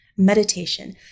Meditation